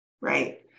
right